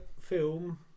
film